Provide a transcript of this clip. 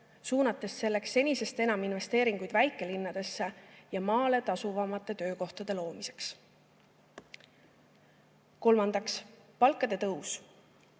suunates selleks senisest enam investeeringuid väikelinnades ja maal tasuvamate töökohtade loomisse. Kolmandaks, palkade tõus.